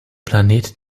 planet